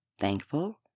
Thankful